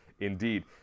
indeed